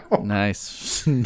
Nice